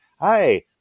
hi